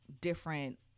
different